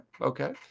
okay